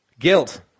guilt